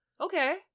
Okay